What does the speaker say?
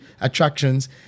attractions